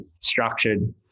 structured